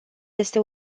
este